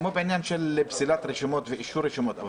כמו בעניין של פסילת רשימות ואישור רשימות,